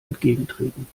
entgegentreten